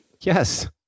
Yes